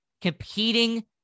competing